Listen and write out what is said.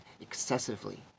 excessively